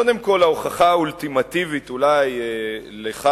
קודם כול, ההוכחה האולטימטיבית אולי לכך